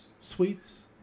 Sweets